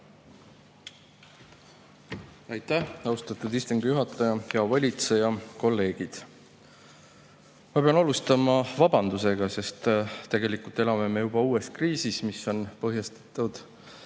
Aitäh, austatud istungi juhataja! Hea valitseja! Kolleegid! Ma pean alustama vabandusega, sest tegelikult elame me juba uues kriisis, mis on põhjustatud